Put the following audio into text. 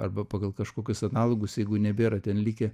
arba pagal kažkokius analogus jeigu nebėra ten likę